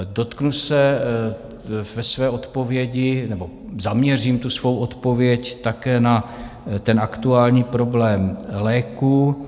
Dotknu ve své odpovědi nebo zaměřím svou odpověď také na aktuální problém léků.